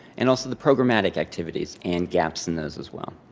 and also, the programmatic activities and gaps in those as well.